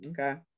Okay